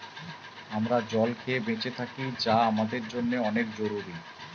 আমরা জল খেয়ে বেঁচে থাকি যা আমাদের জন্যে অনেক জরুরি